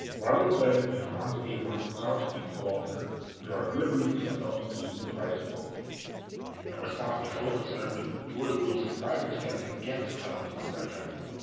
roger clegg and hans a. von spakovsky co-author there are good reasons for felons to lose the right to vote in response to fellow conservative george will's surprising stance against felon disenfranchisement,